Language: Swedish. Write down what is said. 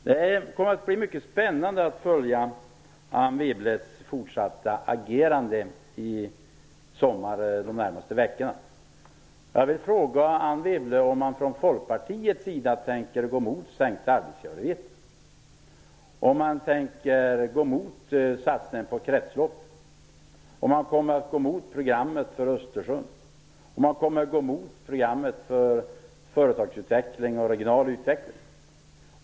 Det blir mycket spännande att följa Anne Wibbles fortsatta agerande under de närmaste veckorna i sommar. Tänker man från Folkpartiets sida gå emot sänkta arbetsgivaravgifter? Tänker man gå emot satsningar på kretslopp? Tänker man gå emot programmet för Östersjön och programmet för företagsutveckling och en regional utveckling?